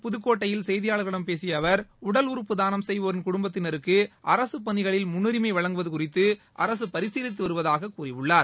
புதுக்கோட்டையில் செய்தியாளர்களிடம் பேசியஅவர் உடல் உறுப்பு தானம் செய்வோரின் குடும்பத்தினருக்குஅரசுபணிகளில் முன்னுரிமைவழங்குவதுகுறித்துஅரசுபரிசீலித்துவருவதாகவும் கூறினார்